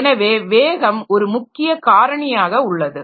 எனவே வேகம் ஒரு முக்கிய காரணியாக உள்ளது